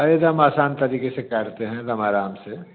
अरे तो हम असान तरीके से काटते हैं एक दम आराम से